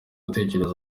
utekereza